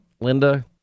Linda